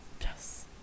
Yes